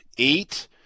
Eight